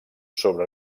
sobre